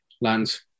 lands